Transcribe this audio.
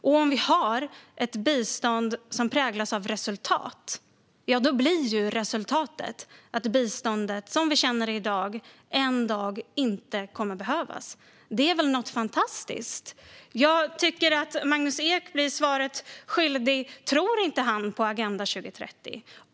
Om vi har ett bistånd som präglas av resultat blir resultatet att biståndet, som vi i dag känner det, en dag inte kommer att behövas, och det är väl fantastiskt. Magnus Ek blir svaret skyldig. Tror han inte på Agenda 2030?